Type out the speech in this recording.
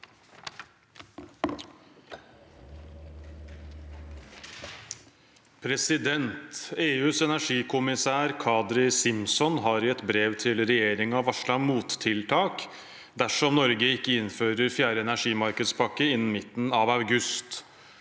«EUs energikom- misær Kadri Simson har i et brev til regjeringen varslet mottiltak dersom Norge ikke innfører fjerde energimarkedspakke innen midten av august.